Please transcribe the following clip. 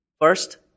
First